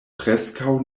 preskaŭ